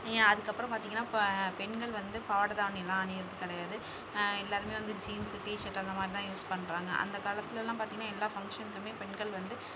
நீங்கள் அதுக்கப்புறம் பார்த்தீங்கனா இப்போ பெண்கள் வந்து பாவாடை தாவணி எல்லாம் அணியுறது கிடையாது எல்லோருமே வந்து ஜீன்ஸ் டீசர்ட் அந்த மாதிரிதான் யூஸ் பண்ணுறாங்க அந்தக் காலத்தில் எல்லாம் பார்த்தீங்கனா எல்லா ஃபங்ஷனுக்குமே பெண்கள் வந்து